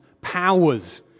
powers